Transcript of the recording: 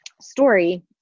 story